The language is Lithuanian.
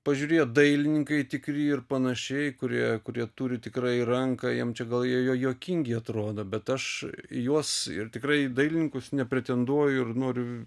pažiūrėjo dailininkai tikri ir panašiai kurie kurie turi tikrai ranką jiem čia gal jie juokingi atrodo bet aš juos ir tikrai į dailininkus nepretenduoju ir noriu